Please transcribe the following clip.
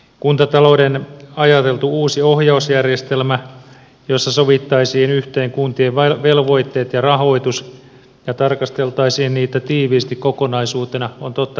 kuntatalouden ajateltu uusi ohjausjärjestelmä jossa sovitettaisiin yhteen kuntien velvoitteet ja rahoitus ja tarkasteltaisiin niitä tiiviisti kokonaisuutena on totta kai järkevä